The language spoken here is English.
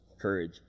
courage